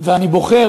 אני בוחר